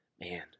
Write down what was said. Man